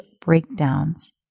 breakdowns